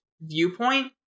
viewpoint